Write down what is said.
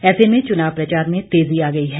ऐसे में चुनाव प्रचार में तेजी आ गई है